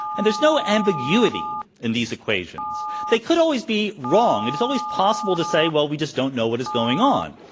and there's no ambiguity in these equations. they could always be wrong. it is always possible to say, well, we just don't know what is going on.